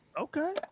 okay